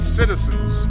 citizens